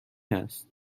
است